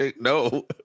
No